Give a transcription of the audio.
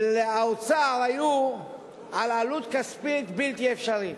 האוצר היו על עלות כספית בלתי אפשרית,